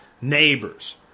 neighbors